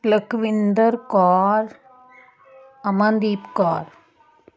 Lakhwinder Kaur Amandeep Kaur